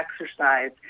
exercise